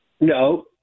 No